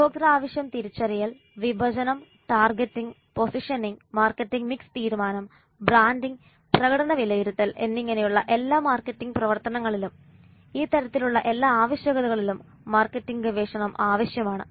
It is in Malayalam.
ഉപഭോക്തൃ ആവശ്യം തിരിച്ചറിയൽ വിഭജനം ടാർഗെറ്റിംഗ് പൊസിഷനിംഗ് മാർക്കറ്റിംഗ് മിക്സ് തീരുമാനം ബ്രാൻഡിംഗ് പ്രകടന വിലയിരുത്തൽ എന്നിങ്ങനെയുള്ള എല്ലാ മാർക്കറ്റിംഗ് പ്രവർത്തനങ്ങളിലും ഈ തരത്തിലുള്ള എല്ലാ ആവശ്യകതകളിലും മാർക്കറ്റിംഗ് ഗവേഷണം ആവശ്യമാണ്